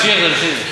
תמשיך, תמשיך.